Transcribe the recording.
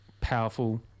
powerful